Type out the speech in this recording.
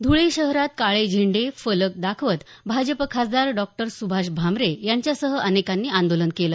धुळे शहरात काळे झेंडे फलक दाखवत भाजप खासदार डॉक्टर सुभाष भामरे यांच्यासह अनेकांनी आंदोलन केलं